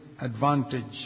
advantage